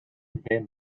van